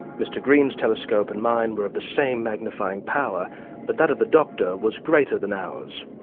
mr green's telescope and mine were of the same magnifying power but that of the doctor was greater than ours.